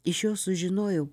iš jos sužinojau